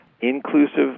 inclusive